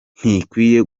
ntikwiye